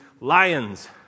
lions